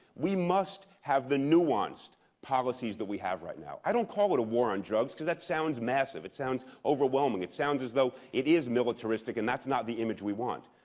we must have the nuanced policies that we have right now. i don't call it a war on drugs, because that sounds massive, it sounds overwhelming, it sounds as though it is militaristic, and that's not the image we want.